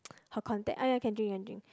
her contact oh ya can drink can drink